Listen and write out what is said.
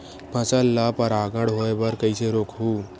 फसल ल परागण होय बर कइसे रोकहु?